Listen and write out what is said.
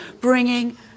bringing